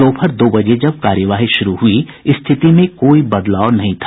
दोपहर दो बजे जब कार्यवाही शुरू हुई स्थिति में कोई बदलाव नहीं था